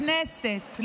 לכנסת,